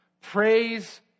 Praise